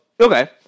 okay